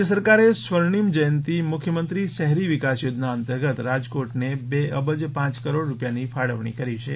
રાજ્ય સરકારે સ્વર્ણિમ જયંતિ મુખ્યમંત્રી શહેરી વિકાસ યોજના અંતર્ગત રાજકોટને બે અબજ પાંચ કરોડ રૂપિયાની ફાળવણી કરી છે